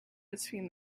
between